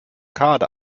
karte